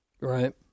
Right